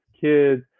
kids